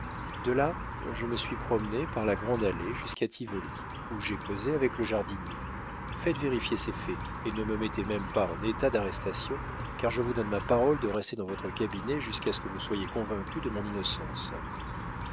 de là je me suis promené par la grande allée jusqu'à tivoli où j'ai causé avec le jardinier faites vérifier ces faits et ne me mettez même pas en état d'arrestation car je vous donne ma parole de rester dans votre cabinet jusqu'à ce que vous soyez convaincus de mon innocence